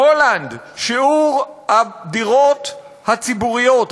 בהולנד שיעור הדירות הציבוריות,